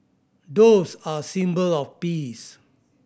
doves are a symbol of peace